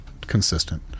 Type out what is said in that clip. consistent